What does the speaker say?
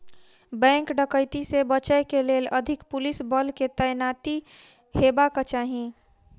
bank डकैती से बचय के लेल अधिक पुलिस बल के तैनाती हेबाक चाही